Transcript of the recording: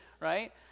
right